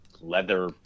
leather